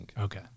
Okay